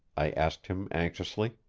i asked him anxiously.